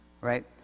right